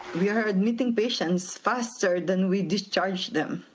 we are admitting patients faster than we discharge them.